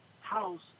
house